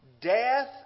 Death